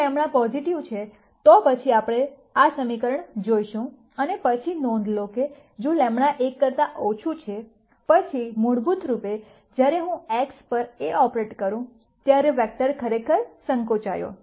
જો λ પોઝિટિવ છે તો પછી આપણે આ સમીકરણ જોશું અને પછી નોંધ લો કે જો λ 1 કરતા ઓછું છે પછી મૂળરૂપે જ્યારે હું x પર A ઓપરેટ કરું ત્યારે વેક્ટર ખરેખર સંકોચો